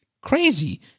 crazy